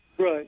Right